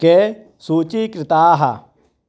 के सूचीकृताः